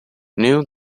new